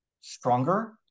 stronger